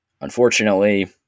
unfortunately